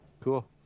Cool